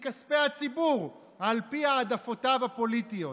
מכספי הציבור, על פי העדפותיו הפוליטיות.